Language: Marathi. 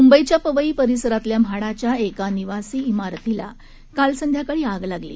मुंबईच्या पवई परिसरातल्या म्हाडाच्या एका निवासी चिारतीला काल संध्याकाळी आग लागली